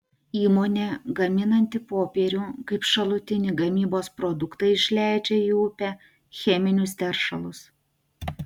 įmonė gaminanti popierių kaip šalutinį gamybos produktą išleidžia į upę cheminius teršalus